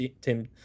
Tim